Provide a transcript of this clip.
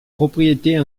propriétés